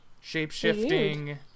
shape-shifting